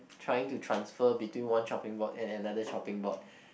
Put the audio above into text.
trying to transfer between one chopping board and and another chopping board